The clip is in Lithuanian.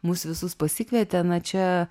mus visus pasikvietė na čia